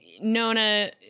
Nona